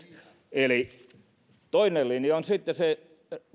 toinen linja on sitten se